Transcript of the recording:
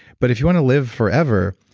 but if you want to live forever,